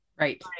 Right